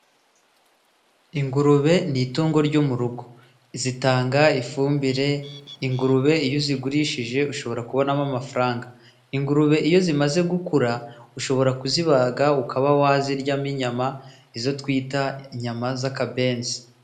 Ingurube ni itungo ryo mu rugo zitanga ifumbire. Ingurube iyo uzigurishije ushobora kubonamo amafaranga. Ingurube iyo zimaze gukura ushobora kuzibaga ukaba waziryamo inyama izo twita inyama z'akabenzi.